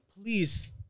please